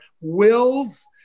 wills